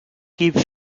give